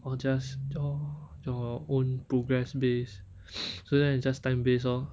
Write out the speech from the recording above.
or just your your own progress base so then you just time base orh